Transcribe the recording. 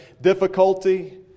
difficulty